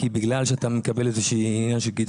בגלל שאתה מקבל איזה קצבה.